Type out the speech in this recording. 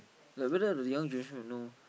like whether the young generation would know